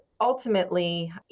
ultimately